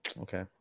Okay